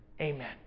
amen